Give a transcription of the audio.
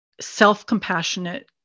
self-compassionate